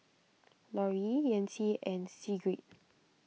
Laurie Yancy and Sigrid